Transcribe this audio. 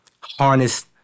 harness